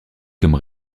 comme